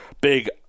big